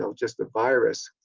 so just a virus.